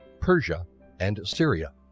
persia and syria.